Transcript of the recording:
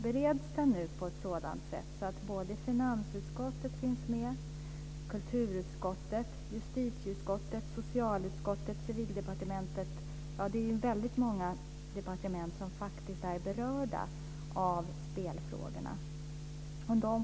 Bereds den så att Finansdepartementet, Kulturdepartementet, Justitiedepartementet, Socialdepartementet, Civildepartementet kommer med på ett bra sätt? Det är många departement som är berörda av spelfrågorna.